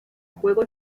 juego